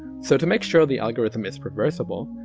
so to make sure the algorithm is reversable,